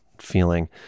feeling